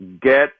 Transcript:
get